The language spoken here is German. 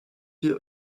hier